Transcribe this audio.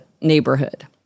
neighborhood